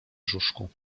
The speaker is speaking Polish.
brzuszku